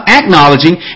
acknowledging